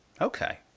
Okay